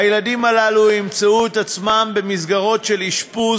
הילדים הללו ימצאו את עצמם במסגרות של אשפוז